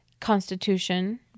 constitution